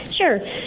Sure